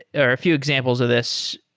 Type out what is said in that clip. or a few examples of this,